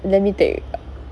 let me take